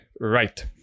right